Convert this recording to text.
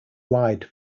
ride